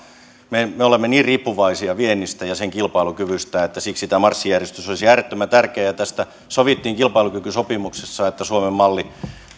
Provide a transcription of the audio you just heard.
me me olemme niin riippuvaisia viennistä ja sen kilpailukyvystä että siksi tämä marssijärjestys olisi äärettömän tärkeä ja tästä sovittiin kilpailukykysopimuksessa että